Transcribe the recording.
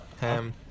Ham